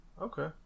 Okay